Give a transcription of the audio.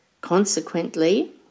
Consequently